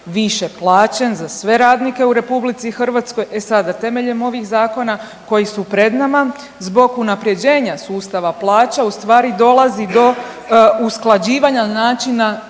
više plaćen za sve radnike u RH. E sada temeljem ovih zakona koji su pred nama zbog unapređenja sustava plaća u stvari dolazi do usklađivanja načina